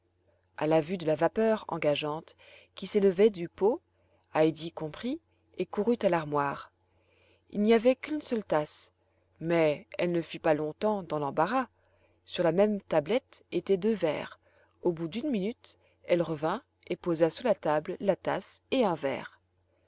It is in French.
a la vue de la vapeur engageante qui s'élevait du pot heidi comprit et courut à l'armoire il n'y avait qu'une seule tasse mais elle ne fut pas longtemps dans l'embarras sur la même tablette étaient deux verres au bout d'une minute elle revint et posa sur la table la tasse et un verre